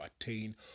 attain